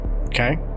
Okay